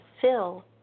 fill